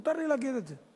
מותר לי להגיד את זה.